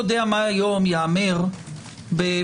אני יודע מה היום ייאמר במליאה,